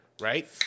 Right